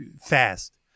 fast